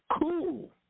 cool